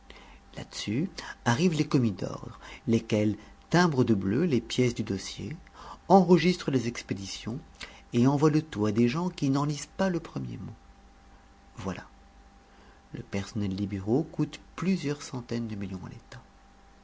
là-dessus arrivent les commis d'ordre lesquels timbrent de bleu les pièces du dossier enregistrent les expéditions et envoient le tout à des gens qui n'en lisent pas le premier mot voilà le personnel des bureaux coûte plusieurs centaines de millions à l'état